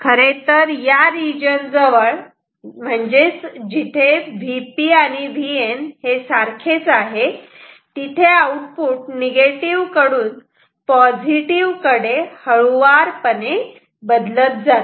खरेतर या रिजन जवळ जिथे Vp Vn आहे तिथे आउटपुट निगेटिव्ह कडून पॉझिटिव्ह कडे हळुवारपणे बदलत जाते